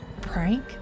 Prank